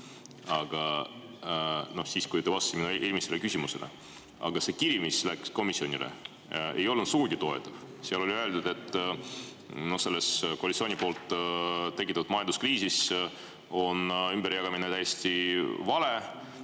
Aga see kiri, mis läks komisjonile, ei olnud sugugi toetav, seal oli öeldud, et selles koalitsiooni tekitatud majanduskriisis on ümberjagamine täiesti vale.